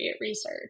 research